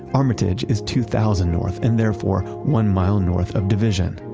armitage is two thousand north and therefore one mile north of division.